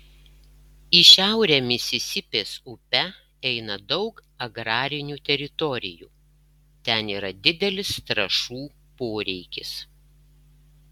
į šiaurę misisipės upe eina daug agrarinių teritorijų ten yra didelis trąšų poreikis